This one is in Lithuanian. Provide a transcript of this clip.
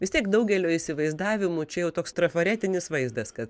vis tiek daugelio įsivaizdavimu čia jau toks trafaretinis vaizdas kad